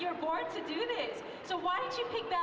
you're forced to do this so why don't you think that